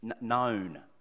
known